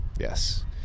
yes